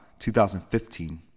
2015